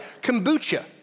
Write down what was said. Kombucha